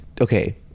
Okay